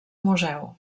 museu